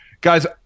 Guys